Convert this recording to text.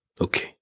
Okay